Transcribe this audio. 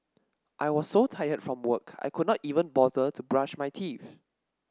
I was so tired from work I could not even bother to brush my teeth